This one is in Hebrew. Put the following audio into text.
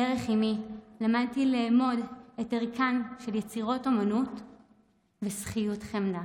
דרך אימי למדתי לאמוד את ערכן של יצירות אומנות ושכיות חמדה.